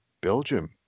Belgium